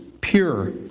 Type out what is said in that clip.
pure